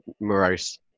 morose